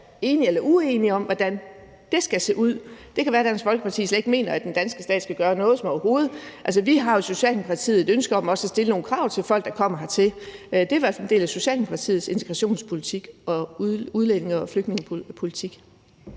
enige eller uenige om, altså hvordan det skal se ud; det kan være, at Dansk Folkeparti slet ikke mener, at den danske stat skal gøre noget overhovedet. Altså, vi har jo i Socialdemokratiet et ønske om også at stille nogle krav til folk, der kommer hertil. Det er i hvert fald en del af Socialdemokratiets integrationspolitik og udlændinge- og flygtningepolitik.